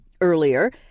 Earlier